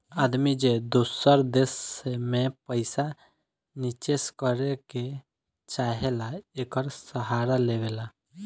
आदमी जे दूसर देश मे पइसा निचेस करे के चाहेला, एकर सहारा लेवला